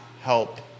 help